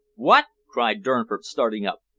what! cried durnford, starting up.